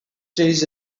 trees